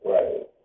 Right